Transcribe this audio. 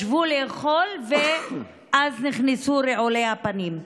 ישבו לאכול, ואז נכנסו רעולי הפנים.